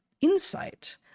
insight